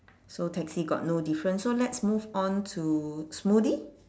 so taxi got no difference so let's move on to smoothie